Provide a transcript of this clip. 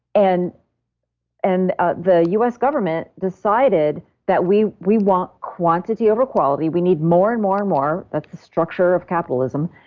and and ah the us government decided that we we want quantity over quality. we need more and more and more. that's the structure of capitalism,